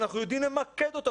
שאנחנו יודעים למקד אותו,